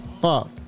Fuck